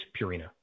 Purina